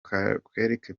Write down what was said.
quelque